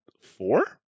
four